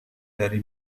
dari